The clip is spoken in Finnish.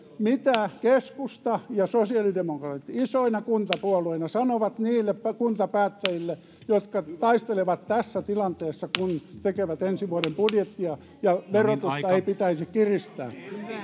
mitä keskusta ja sosiaalidemokraatit isoina kuntapuolueina sanovat niille kuntapäättäjille jotka taistelevat tässä tilanteessa kun tekevät ensi vuoden budjettia ja verotusta ei pitäisi kiristää